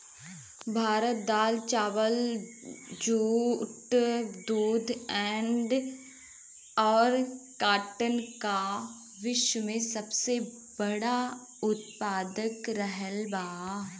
भारत दाल चावल दूध जूट और काटन का विश्व में सबसे बड़ा उतपादक रहल बा